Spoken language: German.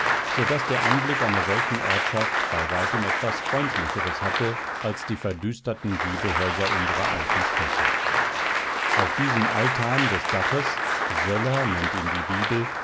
so daß der anblick einer solchen ortschaft bei weitem etwas freundlicheres hatte als die verdüsterten giebelhäuser unsrer alten städte auf diesem altan des daches söller nennt ihn die bibel